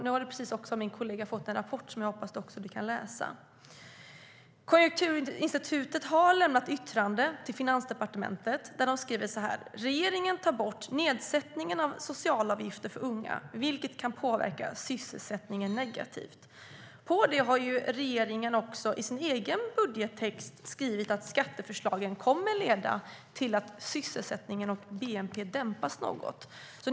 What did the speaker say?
Nu har du också fått en rapport av min kollega som jag hoppas att du kan läsa. Konjunkturinstitutet har lämnat ett yttrande till Finansdepartementet där de skriver så här: "Regeringen tar bort nedsättningen av socialavgifter för unga, vilket kan påverka sysselsättningen negativt." Dessutom har regeringen i sin egen budgettext skrivit att skatteförslagen kommer att leda till att sysselsättningen och bnp dämpas något.